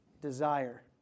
desire